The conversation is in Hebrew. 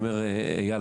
אייל,